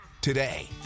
today